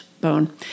bone